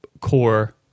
core